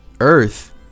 Earth